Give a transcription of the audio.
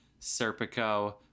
Serpico